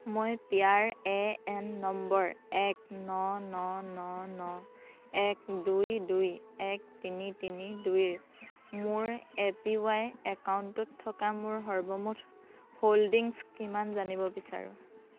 মই P R A N নম্বৰ এক ন ন ন ন এক দুই দুই এক তিনি তিনি দুইৰ মোৰ এ পি ৱাই একাউণ্টটোত থকা মোৰ সৰ্বমুঠ হোল্ডিংছ কিমান জানিব বিচাৰোঁ